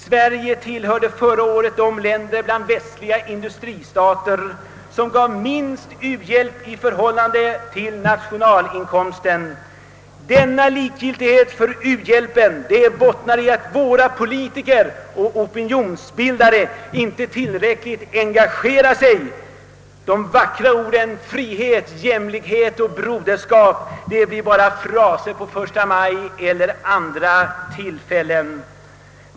Sverige tillhörde förra året de länder bland västliga industristater som gav minst u-landshjälp i förhållande till nationalinkomsten. Denna likgiltighet för u-landshjälpen bottnar i att våra politiker och opinionsbildare inte tillräckligt engagerar sig. De vackra orden frihet, jämlikhet och broderskap blir bara fraser på första maj eller vid andra högtidliga tillfällen.